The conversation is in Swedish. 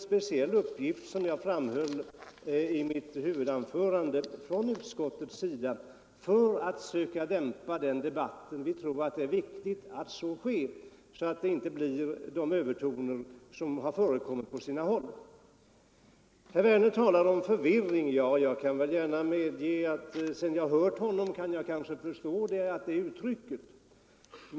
Som jag framhöll i mitt huvudanförande har vi i utskottet tagit som en speciell uppgift att försöka dämpa den debatten. Vi tror att det är viktigt att så sker så att det inte blir de övertoner som förekommit på sina håll. Herr Werner talar om förvirring. Jag kan väl medge att sedan jag hört honom kan jag förstå det uttrycket.